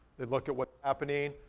they look at what's happening.